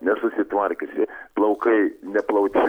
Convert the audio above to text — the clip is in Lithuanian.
nesusitvarkiusi plaukai neplauti